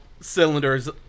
cylinders